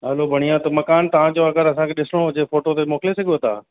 हलो बढ़िया त मकान तव्हांजो अगरि असांखे ॾिसणो हुजे त फोटो मोकिले सघो था